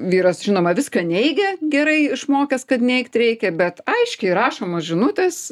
vyras žinoma viską neigia gerai išmokęs kad neigt reikia bet aiškiai rašomos žinutės